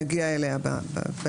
נגיע אליה בהמשך.